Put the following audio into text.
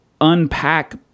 unpack